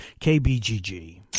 KBGG